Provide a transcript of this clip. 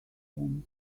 rooms